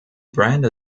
brand